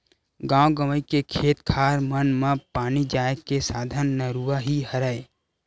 गाँव गंवई के खेत खार मन म पानी जाय के साधन नरूवा ही हरय